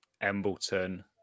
Embleton